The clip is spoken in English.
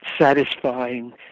satisfying